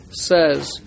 says